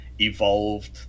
evolved